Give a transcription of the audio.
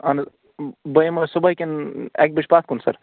اَہَن حظ بہٕ یِمہٕ حظ صُبحٲے کِنہٕ اَکہِ بَجہِ پَتھ کُن سَر